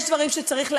יש דברים שצריך לאסדר.